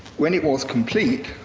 when it was complete,